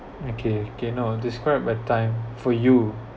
okay okay now describe a time for you